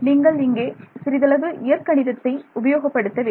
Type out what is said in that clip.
நீங்கள் இங்கே சிறிதளவு இயற்கணிதத்தை உபயோகப்படுத்த வேண்டும்